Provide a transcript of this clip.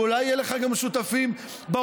ואולי יהיו לך גם שותפים באופוזיציה,